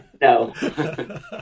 No